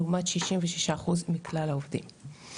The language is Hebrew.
לעומת 66% מכלל העובדים.